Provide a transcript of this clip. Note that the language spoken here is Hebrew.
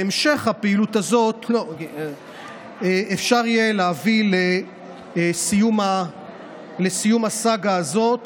בהמשך אפשר יהיה להביא לסיום הסאגה הזאת